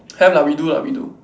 have lah we do lah we do